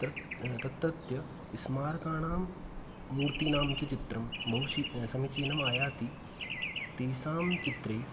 त्रत् तत्रत्य स्मारकाणां मूर्तीनाञ्च चित्रं बहु शि समीचीनम् आयाति तेषाञ्चित्रे